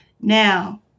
now